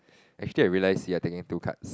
actually I realized you are taking two cards